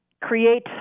create